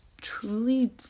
truly